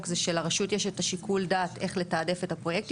זה שלרשות יש את שיקול הדעת איך לתעדף את הפרויקטים?